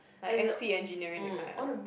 like S_T engineering that kind ah